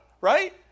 right